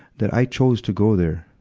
that i chose to go there.